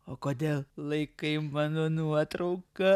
o kodėl laikai mano nuotrauką